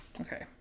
Okay